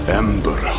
ember